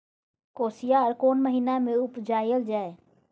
कोसयार कोन महिना मे उपजायल जाय?